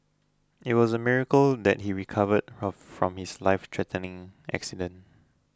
it was a miracle that he recovered her from his lifethreatening accident